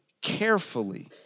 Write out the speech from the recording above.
carefully